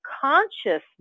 consciousness